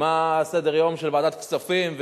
מה סדר-היום של ועדת כספים,